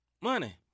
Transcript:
Money